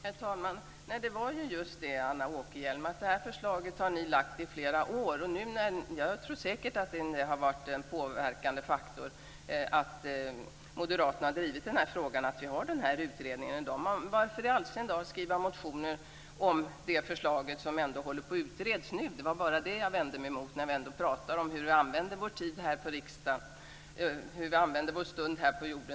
Herr talman! Det är just det, Anna Åkerhielm, att det här förslaget har ni har lagt fram i flera år. Jag tror säkert att det har varit en pådrivande faktor för att vi har den här utredningen att moderaterna har drivit denna fråga. Men varför i all sin dar skriva motioner om det förslag som ändå håller på att utredas nu? Det var bara det jag vände mig mot, när vi talar om hur vi använder vår tid här i riksdagen och vår stund på jorden.